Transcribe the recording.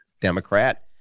Democrat